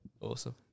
Awesome